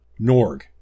Norg